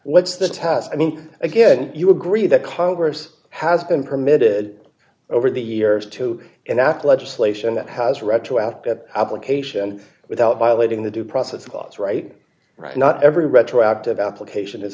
what's the task i mean again you agree that congress has been permitted d over the years to enact legislation that has retroactive application without violating the due process clause right right not every retroactive application i